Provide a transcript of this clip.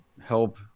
help